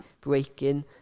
breaking